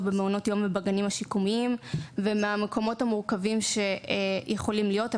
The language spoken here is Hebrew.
במעונות יום ובגנים השיקומיים ומהמקומות המורכבים שיכולים להיות.